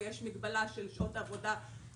ויש מגבלה של שעות עבודה דו-שבועיות.